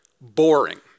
boring